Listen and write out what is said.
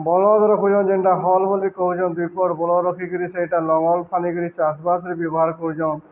ବଳଦ ରଖୁଛନ୍ ଯେନ୍ଟା ହଲ ବୋଲି କହୁଛନ୍ତି ପର୍ ବଳଦ ରଖିକିରି ସେଇଟା ଲଙ୍ଗଳ ଫାନିକିରି ଚାଷବାସରେ ବ୍ୟବହାର କରୁଛନ୍